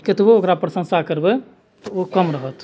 कतबो ओकरा प्रशंसा करबै तऽ ओ कम रहत